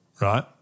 right